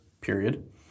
period